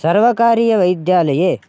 सर्वकारीयवैद्यालये